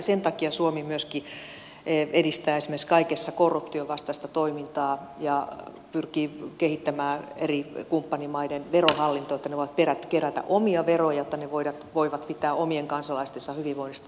sen takia suomi myöskin esimerkiksi edistää kaikessa korruptionvastaista toimintaa ja pyrkii kehittämään eri kumppanimaiden verohallintoa että ne voivat kerätä omia veroja että ne voivat pitää omien kansalaistensa hyvinvoinnista huolta